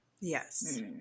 Yes